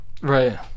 Right